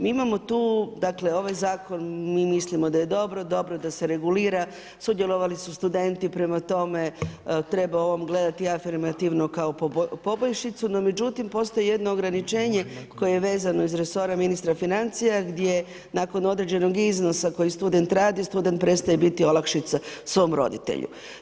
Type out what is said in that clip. Mi imamo tu, dakle ovaj zakon, mi mislimo da je dobro, dobro da se regulira, sudjelovali su studenti, prema tome, treba o ovom gledati afirmativno kao poboljšicu, no međutim, postoji jedno ograničenje, koje je vezano iz resora ministra financija, gdje nakon određenog iznosa koji student radi, student prestaje biti olakšica svom roditelju.